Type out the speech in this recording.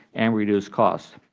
and reduce costs.